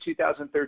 2013